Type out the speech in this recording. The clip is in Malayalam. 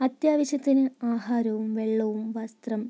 അത്യാവശ്യത്തിനു ആഹാരവും വെള്ളവും വസ്ത്രം